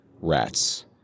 rats